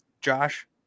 Josh